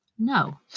No